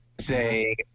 say